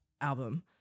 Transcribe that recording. album